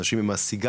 אנשים עם הסיגר,